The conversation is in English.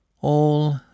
All